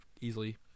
easily